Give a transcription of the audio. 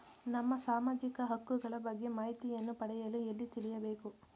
ನಮ್ಮ ಸಾಮಾಜಿಕ ಹಕ್ಕುಗಳ ಬಗ್ಗೆ ಮಾಹಿತಿಯನ್ನು ಪಡೆಯಲು ಎಲ್ಲಿ ತಿಳಿಯಬೇಕು?